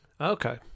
Okay